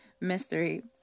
mystery